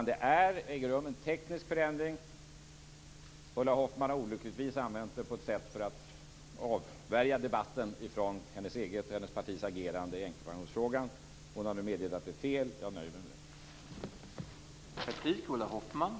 Det äger rum en teknisk förändring. Ulla Hoffmann har olyckligt använt det för att avvärja debatten från hennes eget och hennes partis agerande i änkepensionsfrågan. Hon har nu meddelat att det är fel. Jag nöjer mig med det.